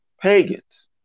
pagans